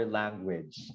language